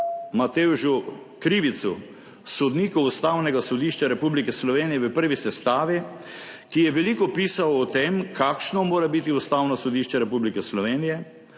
Matevžu Krivicu, sodniku Ustavnega sodišča Republike Slovenije v prvi sestavi, ki je veliko pisal o tem, kakšno mora biti Ustavno sodišče Republike Slovenije,